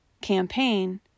campaign